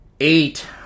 Eight